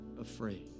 afraid